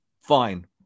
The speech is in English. fine